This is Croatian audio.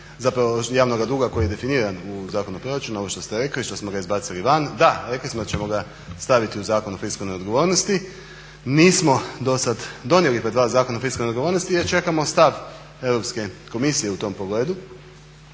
zapravo javnog duga koji je definiran u Zakonu o proračunu, ovo što ste rekli, što smo ga izbacili van da rekli smo da ćemo ga staviti u Zakon o fiskalnoj odgovornosti. Nismo dosad donijeli pred vas Zakon o fiskalnoj odgovornosti jer čekamo stav Europske komisije u tom pogledu.